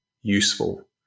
useful